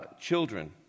children